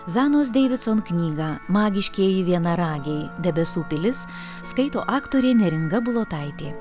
zanos deividson knygą magiškieji vienaragiai debesų pilis skaito aktorė neringa bulotaitė